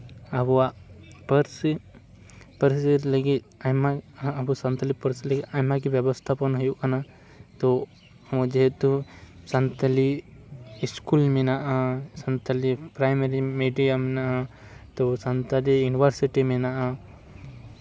ᱟᱵᱚᱣᱟᱜ ᱯᱟᱹᱨᱥᱤ ᱯᱟᱹᱨᱥᱤ ᱞᱟᱹᱜᱤᱫ ᱟᱭᱢᱟ ᱟᱵᱚ ᱥᱟᱱᱛᱟᱞᱤ ᱯᱟᱹᱨᱥᱤ ᱞᱟᱹᱜᱤᱫ ᱟᱭᱢᱟ ᱜᱮ ᱵᱮᱵᱚᱥᱛᱷᱟ ᱯᱚᱱᱟ ᱦᱩᱭᱩᱜ ᱠᱟᱱᱟ ᱛᱳ ᱡᱮᱦᱮᱛᱩ ᱥᱟᱱᱛᱟᱞᱤ ᱤᱥᱠᱩᱞ ᱢᱮᱱᱟᱜᱼᱟ ᱥᱟᱱᱛᱟᱞᱤ ᱯᱨᱟᱭᱢᱟᱨᱤ ᱢᱤᱰᱤᱭᱟᱢ ᱢᱮᱱᱟᱜᱼᱟ ᱛᱳ ᱥᱟᱱᱛᱟᱞᱤ ᱤᱭᱩᱱᱤᱵᱷᱟᱨᱥᱤᱴᱤ ᱢᱮᱱᱟᱜᱼᱟ